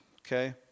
okay